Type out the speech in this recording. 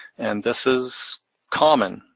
and this is common.